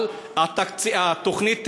דיברת על התוכנית 922,